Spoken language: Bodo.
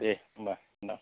दे होमबा ओनथां